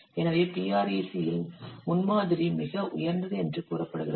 எனவே PREC இல் முன்மாதிரி மிக உயர்ந்தது என்று கூறப்படுகிறது